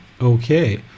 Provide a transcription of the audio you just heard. Okay